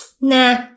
Nah